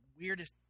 weirdest